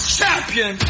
champion